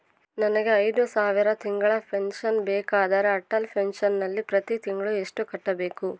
ನನಗೆ ಐದು ಸಾವಿರ ತಿಂಗಳ ಪೆನ್ಶನ್ ಬೇಕಾದರೆ ಅಟಲ್ ಪೆನ್ಶನ್ ನಲ್ಲಿ ಪ್ರತಿ ತಿಂಗಳು ಎಷ್ಟು ಕಟ್ಟಬೇಕು?